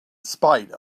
spite